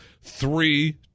three